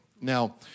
Now